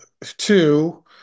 Two